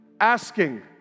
asking